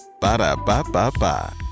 Ba-da-ba-ba-ba